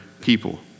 people